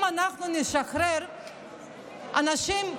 אם אנחנו נשחרר אנשים,